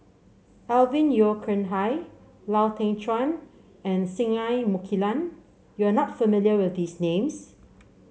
Alvin Yeo Khirn Hai Lau Teng Chuan and Singai Mukilan you are not familiar with these names